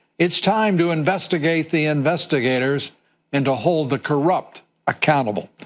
it is time to investigate the investigators and hold the corrupt accountable.